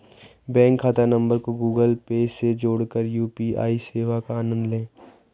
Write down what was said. bank खाता नंबर को गूगल पे से जोड़कर यू.पी.आई सेवा का आनंद लें